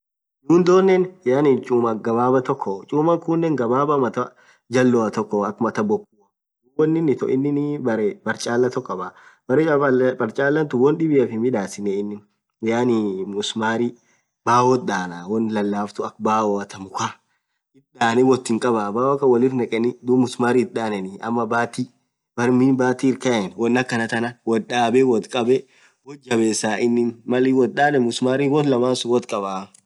Yundonen yaani chumaa ghababa tokko chuma khunen gababa mathaa jalloa tokko akha mathaa bokhua dhub won inin itho beree barchalaa tokko khabaa berre barchalaa tun won dhibiaf hinn midhaseni inin yaani msumari baoth dhanna won akha bao tha mukha dhaani wothin bao Kahn woriri negheni dhub msumari ithi dhaneni ama bati Mal miin Bati irkae won ahanatn with dhabe woth jabes woth jabba inin Mal woth dhaneni msumari won laman sun woth khabaa